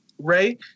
Ray